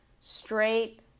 straight